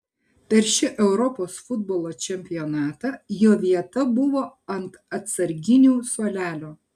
per šį europos futbolo čempionatą jo vieta buvo ant atsarginių suolelio